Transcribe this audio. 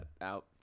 out